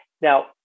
Now